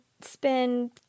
spend